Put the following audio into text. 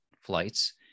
flights